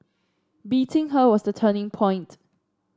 beating her was the turning point